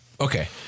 Okay